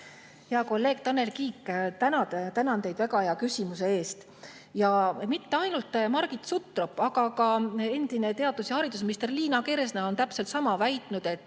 Hea kolleeg Tanel Kiik, tänan teid väga hea küsimuse eest! Mitte ainult Margit Sutrop, vaid ka endine haridus- ja teadusminister Liina Kersna on täpselt sama väitnud, et